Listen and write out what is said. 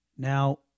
Now